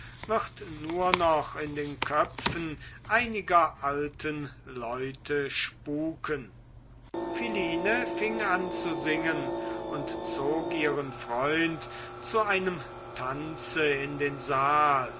wird nur noch in den köpfen einiger alten leute spuken philine fing an zu singen und zog ihren freund zu einem tanze in den saal